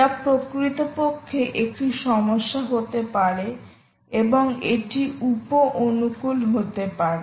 যা প্রকৃতপক্ষে একটি সমস্যা হতে পারে এবং এটি উপ অনুকূল হতে পারে